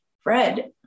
Fred